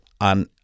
on